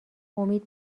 امید